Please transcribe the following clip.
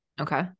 Okay